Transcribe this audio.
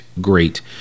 great